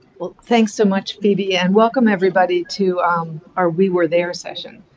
well thanks so much phoebe and welcome everybody to our we were there session.